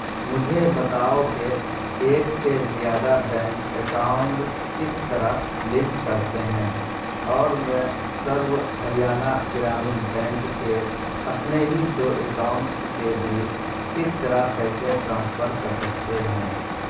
مجھے بتاؤ کہ ایک سے زیادہ بینک اکاؤنڈ کس طرح لنک کرتے ہیں اور میں سرو ہریانہ گرامین بینک کے اپنے ہی دو اکاؤنٹس کے بیچ کس طرح پیسے ٹرانسفر کر سکتے ہیں